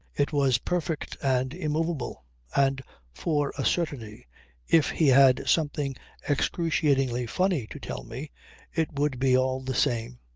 it was perfect and immovable and for a certainty if he had something excruciatingly funny to tell me it would be all the same.